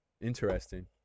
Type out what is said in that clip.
interesting